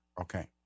Okay